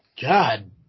God